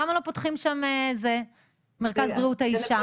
למה לא פותחים שם מרכז בריאות האישה?